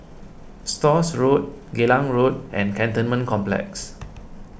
Stores Road Geylang Road and Cantonment Complex